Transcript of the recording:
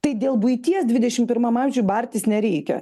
tai dėl buities dvidešim pirmam amžiuj bartis nereikia